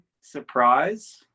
surprise